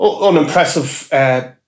unimpressive